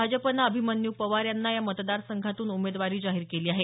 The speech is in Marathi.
भाजपने अभिमन्यू पवार यांना या मतदार संघातून उमेदवारी जाहीर केली आहे